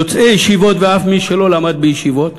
יוצאי ישיבות ואף מי שלא למדו בישיבות.